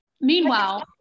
meanwhile